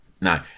No